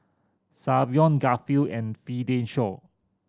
Savion Garfield and Fidencio